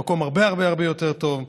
היא מקום הרבה הרבה הרבה יותר טוב.